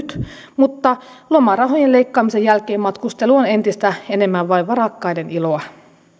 nyt mutta lomarahojen leikkaamisen jälkeen matkustelu on entistä enemmän vain varakkaiden iloa